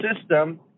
system